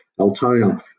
Altona